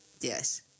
Yes